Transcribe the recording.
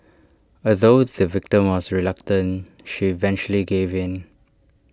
although the victim was reluctant she eventually gave in